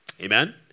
Amen